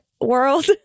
world